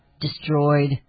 Destroyed